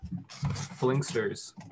flingsters